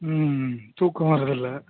ம் தூக்கம் வர்றதில்லை